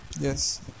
Yes